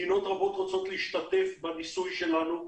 מדינות רבות רוצות להשתתף בניסוי שלנו.